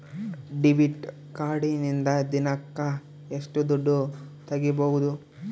Debit ಕಾರ್ಡಿನಿಂದ ದಿನಕ್ಕ ಎಷ್ಟು ದುಡ್ಡು ತಗಿಬಹುದು?